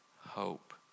hope